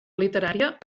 literària